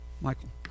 Michael